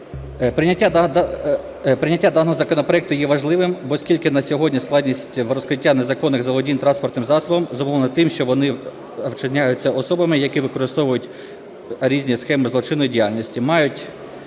Прийняття даного законопроекту є важливим, бо оскільки на сьогодні складність в розкритті незаконних заволодінь транспортним засобом зумовлено тим, що вони вчиняються особами, які використовують різні схеми злочинної діяльності,